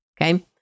Okay